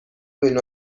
بین